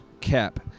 cap